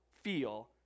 feel